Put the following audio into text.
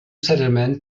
settlement